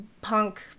punk